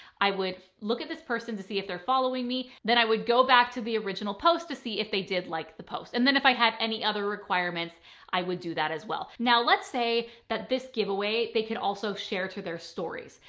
i would look at this person to see if they're following me. then i would go back to the original post to see if they did like the post and then if i had any other requirements i would do that as well. now let's say this giveaway, they could also share to their stories.